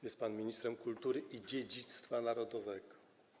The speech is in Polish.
Jest pan ministrem kultury i dziedzictwa narodowego.